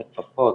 כפפות,